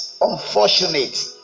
unfortunate